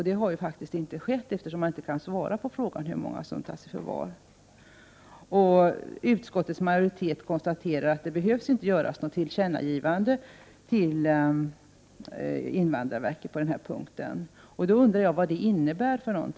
Det har ju faktiskt inte skett, eftersom man inte kan svara på frågan hur många barn det är som tas i förvar. Utskottets majoritet konstaterar att det inte behöver göras något tillkännagivande till invandrarverket på den här punkten. Jag undrar vad detta innebär.